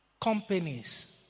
companies